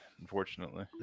Unfortunately